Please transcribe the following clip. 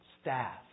staff